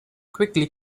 quickly